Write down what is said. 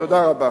תודה רבה.